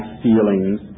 feelings